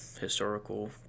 historical